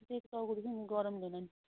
ए टाउको दुख्यो नि गरमले होला नि